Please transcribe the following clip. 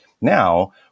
now